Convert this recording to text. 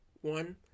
one